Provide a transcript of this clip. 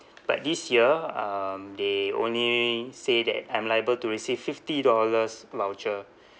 but this year um they only say that I'm liable to receive fifty dollars voucher